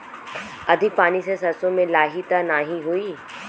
अधिक पानी से सरसो मे लाही त नाही होई?